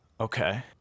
Okay